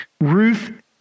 Ruth